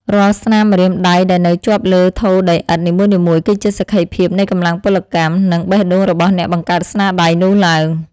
រាល់ស្នាមម្រាមដៃដែលនៅជាប់លើថូដីឥដ្ឋនីមួយៗ គឺជាសក្ខីភាពនៃកម្លាំងពលកម្ម និង បេះដូងរបស់អ្នកបង្កើតស្នាដៃនោះឡើង។